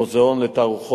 לתעצומות